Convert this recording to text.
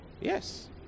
Yes